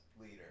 leader